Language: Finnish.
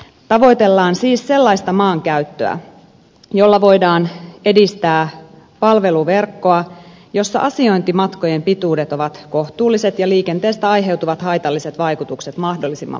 tavoitellaan siis sellaista maankäyttöä jolla voidaan edistää palveluverkkoa jossa asiointimatkojen pituudet ovat kohtuulliset ja liikenteestä aiheutuvat haitalliset vaikutukset mahdollisimman vähäiset